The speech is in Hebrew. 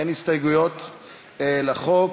אין הסתייגויות לחוק,